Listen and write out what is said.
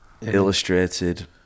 illustrated